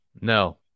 No